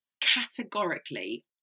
categorically